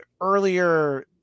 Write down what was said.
earlier